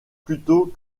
plutôt